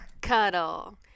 Cuddle